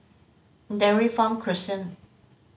Dairy Farm Crescent